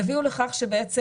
יביאו לכך שבעצם